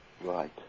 Right